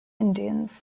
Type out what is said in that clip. indians